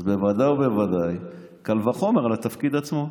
אז ודאי ובוודאי, קל וחומר על התפקיד עצמו.